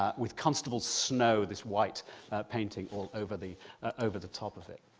um with constable's snow, this white painting all over the over the top of it.